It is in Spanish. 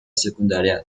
secundaria